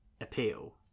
appeal